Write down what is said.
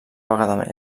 vegada